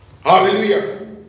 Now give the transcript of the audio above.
Hallelujah